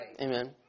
Amen